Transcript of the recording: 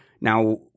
Now